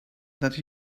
that